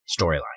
storyline